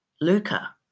Luca